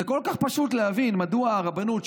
זה כל כך פשוט להבין מדוע הרבנות,